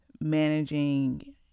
managing